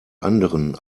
anderen